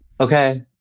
Okay